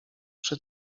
przy